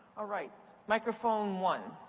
ah right. microphone one.